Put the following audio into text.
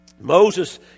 Moses